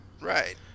Right